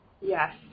Yes